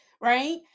right